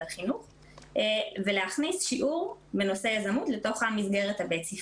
החינוך ולהכניס שיעור בנושא יזמות לתוך המסגרת הבית-ספרית.